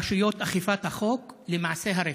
רשויות אכיפת החוק, למעשי הרצח.